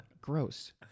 Gross